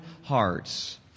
hearts